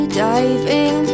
diving